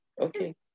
okay